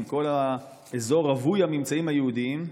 עם כל האזור רווי הממצאים היהודיים.